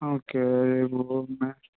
okay